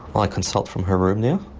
i consult from her room now